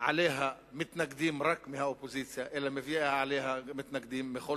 עליה מתנגדים רק מהאופוזיציה אלא מביאה עליה מתנגדים מכל